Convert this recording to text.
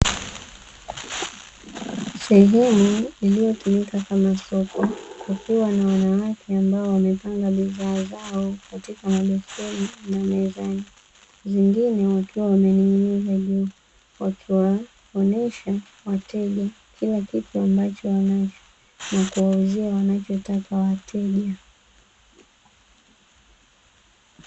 Sehemu iliyotumika kama soko kukiwa na wanawake ambao wamepanga bidhaa zao katika mabeseni na mezani, zingine wakiwa wamening'iniza juu wakiwaonesha wateja kila kitu ambacho wanacho na kuwauzia wanachotaka wateja.